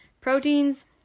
proteins